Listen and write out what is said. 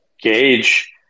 gauge